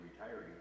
retiring